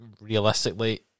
Realistically